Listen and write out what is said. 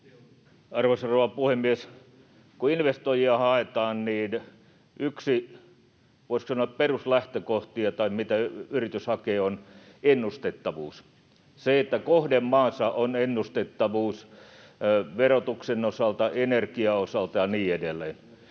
rouva puhemies! Kun investoijia haetaan, niin yksi, voisiko sanoa, peruslähtökohta tai se, mitä yritys hakee, on ennustettavuus, se, että kohdemaassa on ennustettavuus verotuksen osalta, energian osalta ja niin edelleen.